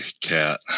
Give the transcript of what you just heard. cat